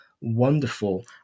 wonderful